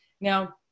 Now